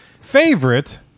favorite